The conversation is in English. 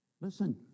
Listen